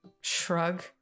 Shrug